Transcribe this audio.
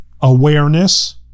awareness